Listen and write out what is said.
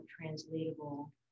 translatable